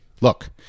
Look